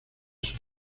sus